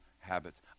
habits